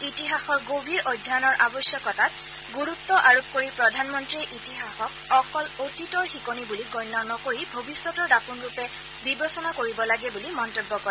ইতিহাসৰ গভীৰ অধ্যয়নৰ আৱশ্যকতাত গুৰুত্ আৰোপ কৰি প্ৰধানমন্ত্ৰীয়ে ইতিহাসক অকল অতীতৰ শিকনি বুলি গণ্য নকৰি ভৱিষ্যতৰ দাপোণৰূপে বিবেচনা কৰিব লাগে বুলি মন্তব্য কৰে